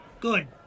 Good